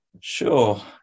sure